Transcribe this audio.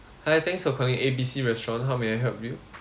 hi thanks for calling A B C restaurant how may I help you